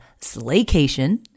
Slaycation